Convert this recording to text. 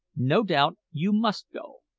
no doubt you must go.